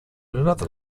another